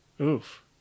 oof